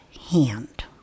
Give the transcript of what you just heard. hand